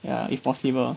ya if possible